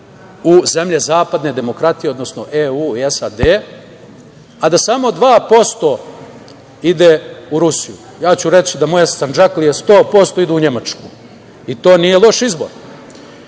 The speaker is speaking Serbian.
u zemlje zapadne demokratije, odnosno EU i SAD, a da samo 2% ide u Rusiju. Ja ću reći da moje Sandžaklije 100% idu u Nemačku, i to nije loš izbor. Želim